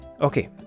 Okay